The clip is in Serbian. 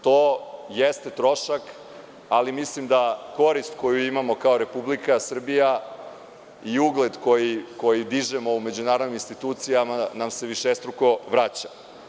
To jeste trošak, ali mislim da korist koju imamo kao Republika Srbija i ugled koji dižemo u međunarodnim institucijama nam se višestruko vraća.